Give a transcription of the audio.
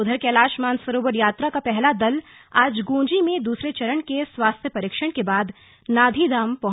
उधर कैलाश मानसरोवर यात्रा का पहला दल आज गूंजी में दूसरे चरण के स्वास्थ्य परीक्षण के बाद नाधी धाम पहुंच गया है